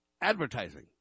advertising